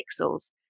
pixels